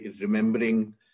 remembering